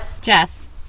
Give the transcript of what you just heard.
Jess